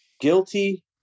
Guilty